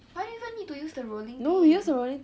why do you even need to use the rolling thing